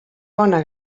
bona